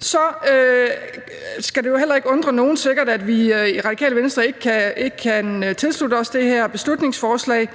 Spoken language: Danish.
Så kan det jo sikkert heller ikke undre nogen, at vi i Radikale Venstre ikke kan tilslutte os det her beslutningsforslag.